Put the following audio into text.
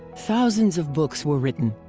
thousands of books were written,